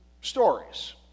Stories